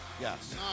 Yes